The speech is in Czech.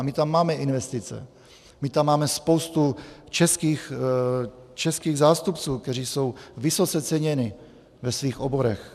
My tam máme investice, my tam máme spoustu českých zástupců, kteří jsou vysoce ceněni ve svých oborech.